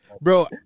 bro